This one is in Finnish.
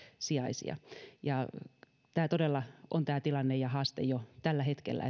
sijaisia tämä on tilanne todella jo tällä hetkellä